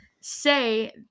say